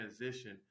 transition